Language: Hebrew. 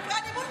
אני מול פקודת,